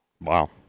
wow